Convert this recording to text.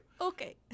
Okay